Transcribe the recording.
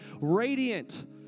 Radiant